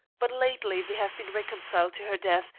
but lately they have been reconciled to her death,